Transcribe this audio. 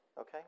Okay